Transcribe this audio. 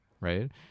Right